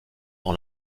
dans